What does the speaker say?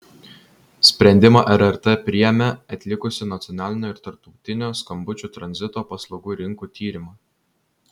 sprendimą rrt priėmė atlikusi nacionalinio ir tarptautinio skambučių tranzito paslaugų rinkų tyrimą